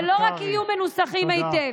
ולא רק יהיו מנוסחים היטב.